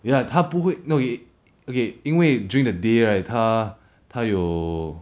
ya 他不会 no okay okay 因为 during the day right 他他有